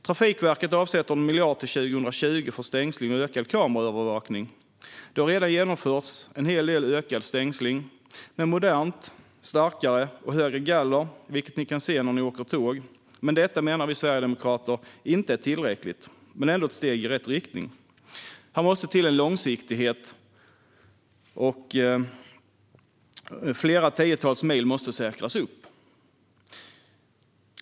Trafikverket avsätter 1 miljard till 2020 för stängsling och ökad kameraövervakning. En hel del ökad stängsling med modernt, starkare och högre galler har redan genomförts, vilket ni kan se när ni åker tåg. Vi sverigedemokrater menar dock att detta inte är tillräckligt, även om det är ett steg i rätt riktning. Här måste till en långsiktighet, och flera tiotals mil måste säkras upp.